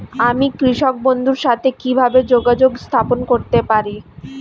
আমি কৃষক বন্ধুর সাথে কিভাবে যোগাযোগ স্থাপন করতে পারি?